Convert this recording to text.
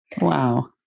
Wow